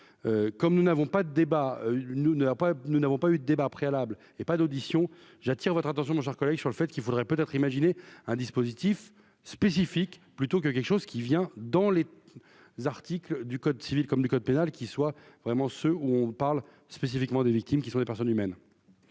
l'pas, nous n'avons pas eu de débat préalable et pas d'audition, j'attire votre attention, mon cher collègue, sur le fait qu'il faudrait peut-être imaginer un dispositif spécifique, plutôt que quelque chose qui vient dans les articles du code civil comme du code pénal qui soit vraiment se où on parle spécifiquement des victimes, qui sont des personnes humaines.